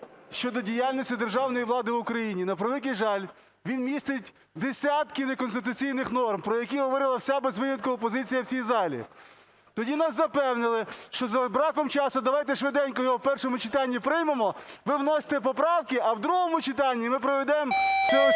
щодо діяльності державної влади в Україні. На превеликий жаль, він містить десятки неконституційних норм, про які говорила вся, без винятку, опозиція в цій залі. Тоді нас запевнили, що за браком часу давайте швиденько його в першому читанні приймемо, ви вносьте поправки, а в другому читанні ми проведемо всеосяжне,